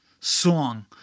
song